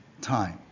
time